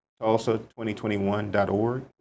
Tulsa2021.org